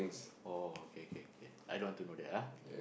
oh K K K I don't want to go there